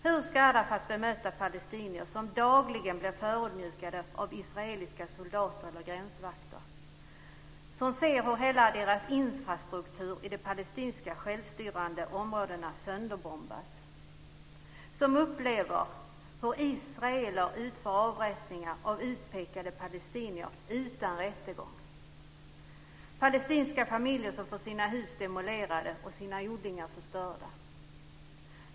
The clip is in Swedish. Hur ska Arafat bemöta palestinier som dagligen blir förödmjukade av israeliska soldater eller gränsvakter, som ser hur hela infrastrukturen i de palestinska självstyrande områdena sönderbombas och som upplever hur israeler utför avrättningar av utpekade palestinier utan rättegång? Palestinska familjer får sina hus demolerade och sina odlingar förstörda.